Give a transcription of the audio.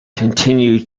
continue